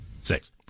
Six